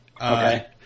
Okay